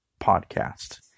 Podcast